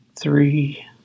three